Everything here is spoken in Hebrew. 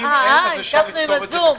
יש נציג של משרד האוצר בזום.